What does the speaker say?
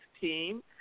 team